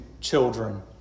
children